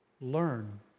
Learn